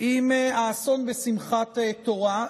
עם האסון בשמחת תורה,